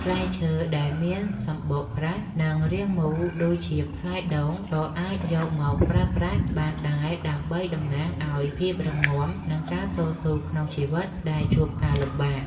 ផ្លែឈើដែលមានសម្បកក្រាស់និងរាងមូលដូចជាផ្លែដូងក៏អាចយកមកប្រើប្រាស់បានដែរដើម្បីតំណាងឱ្យភាពរឹងមាំ និង ការតស៊ូក្នុងជីវិតដែលជួបការលំបាក។